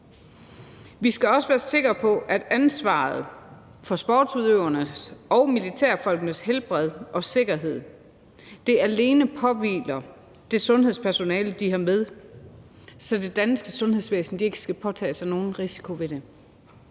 Vi skal også være sikre på, at ansvaret for sportsudøvernes og militærfolkenes helbred og sikkerhed alene påhviler det sundhedspersonale, de har med, så det danske sundhedsvæsen ikke skal påtage sig nogen risiko ved det.